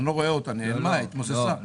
אני לא רואה אותה, נעלמה, התמוססה.